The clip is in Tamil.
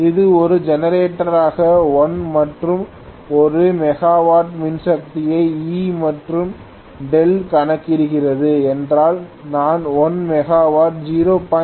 இது ஒரு ஜெனரேட்டராக 1 மற்றும் ஒரு மெகாவாட் மின்சக்தியை E மற்றும் δ கணக்கிடுகிறது என்றால் நான் 1 மெகாவாட் 0